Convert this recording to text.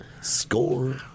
Score